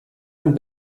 ein